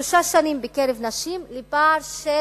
ושלוש שנים בקרב נשים, לפער של